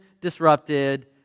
disrupted